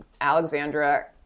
Alexandra